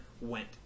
went